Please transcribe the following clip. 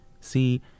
See